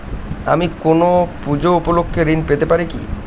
আমি কোনো পূজা উপলক্ষ্যে ঋন পেতে পারি কি?